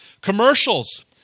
commercials